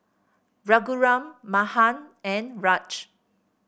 Raghuram Mahan and Raj